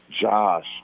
josh